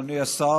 אדוני השר,